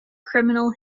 criminal